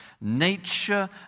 nature